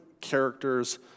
characters